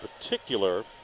particular